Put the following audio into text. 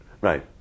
Right